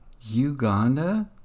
Uganda